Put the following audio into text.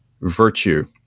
virtue